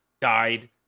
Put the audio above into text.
died